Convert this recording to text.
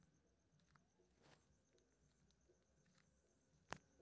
फेर सब गाय केर थन कें दूध दुहै बला मशीन सं जोड़ि देल जाइ छै